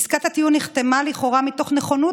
עסקת הטיעון נחתמה לכאורה מתוך נכונות